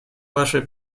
вашей